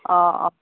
অঁ অঁ